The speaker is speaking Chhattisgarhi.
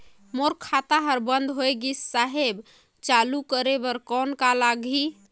मोर खाता हर बंद होय गिस साहेब चालू करे बार कौन का लगही?